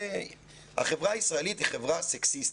החברה הישראלית היא חברה סקסיסטית,